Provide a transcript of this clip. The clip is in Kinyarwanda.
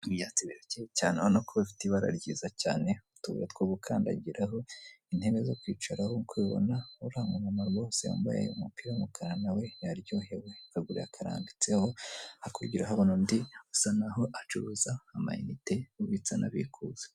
Cyane urabona ko bifite ibara ryiza cyane utubuye two gukandagiraho, intebe zo kwicararaho nkuko ubibona uriya mu mama rwose wambaye umupira w'umukara nawe yaryohewe akaguru yakarambitseho, hakurya urahabona undi usa n'aho acuruza amayinite ubitsa anabikuza.